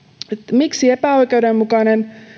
miksi tämä on epäoikeudenmukainen